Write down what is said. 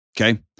okay